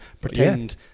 pretend